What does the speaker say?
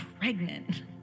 pregnant